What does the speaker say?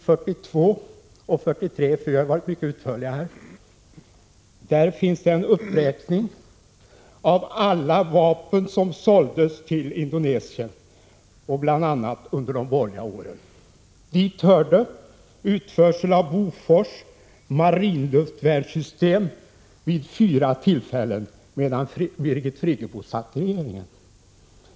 42 och 43i betänkandet, där vi varit mycket utförliga och där det finns en uppräkning av alla vapen som såldes till Indonesien bl.a. under de borgerliga åren. Dit hörde utförsel av Bofors marinluftvärnssystem vid fyra tillfällen medan Birgit Friggebo satt i regeringen.